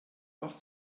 wach